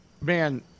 Man